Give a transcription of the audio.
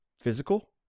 physical